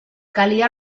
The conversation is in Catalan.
calia